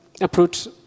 approach